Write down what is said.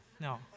No